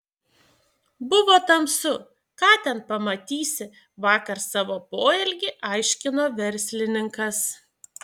buvo tamsu ką ten pamatysi vakar savo poelgį aiškino verslininkas